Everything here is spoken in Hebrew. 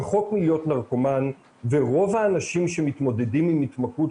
רחוק מלהיות נרקומן ורוב האנשים שמתמודדים עם התמכרות